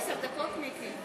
מיקי,